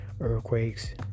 earthquakes